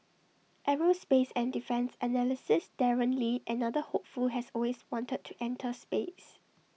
aerospace and defence analysis Darren lee another hopeful has always wanted to enter space